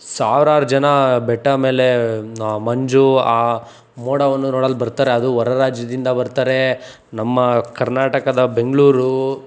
ಸಾವಿರಾರು ಜನ ಬೆಟ್ಟ ಮೇಲೆ ಮಂಜು ಆ ಮೋಡವನ್ನು ನೋಡಲು ಬರ್ತಾರೆ ಅದೂ ಹೊರ ರಾಜ್ಯದಿಂದ ಬರ್ತಾರೆ ನಮ್ಮ ಕರ್ನಾಟಕದ ಬೆಂಗಳೂರು